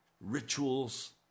rituals